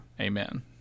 Amen